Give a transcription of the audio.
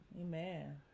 Amen